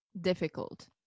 Difficult